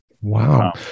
Wow